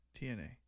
TNA